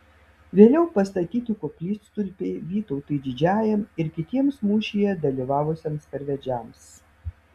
vėliau pastatyti koplytstulpiai vytautui didžiajam ir kitiems mūšyje dalyvavusiems karvedžiams